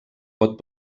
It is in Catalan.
pot